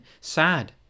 sad